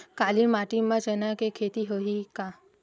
काली माटी म चना के खेती होही का?